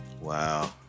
Wow